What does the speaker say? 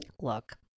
look